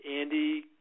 Andy